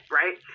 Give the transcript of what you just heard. right